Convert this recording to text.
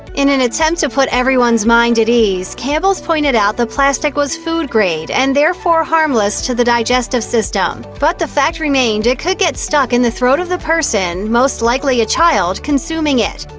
in in attempt to put everyone's mind at ease, campbell's pointed out the plastic was food grade and therefore harmless to the digestive system, but the fact remained it could get stuck in the throat of the person most likely a child consuming it.